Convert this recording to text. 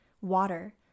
water